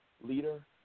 leader